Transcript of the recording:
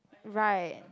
right